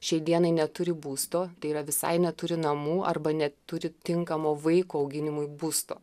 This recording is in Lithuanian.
šiai dienai neturi būsto tai yra visai neturi namų arba neturi tinkamo vaiko auginimui būsto